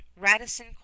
Radisson